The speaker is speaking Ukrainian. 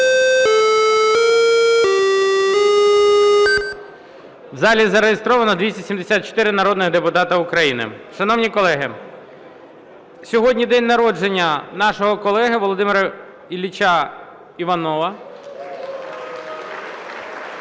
В залі зареєстровано 274 народних депутата України. Шановні колеги, сьогодні день народження нашого колеги Володимира Ілліча Іванова. (Оплески)